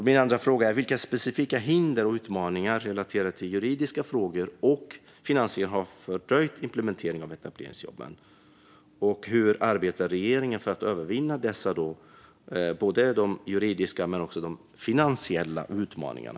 Min andra fråga är: Vilka specifika hinder och utmaningar relaterade till juridiska frågor och finansiering har fördröjt implementeringen av etableringsjobben, och hur arbetar regeringen för att övervinna de juridiska och finansiella utmaningarna?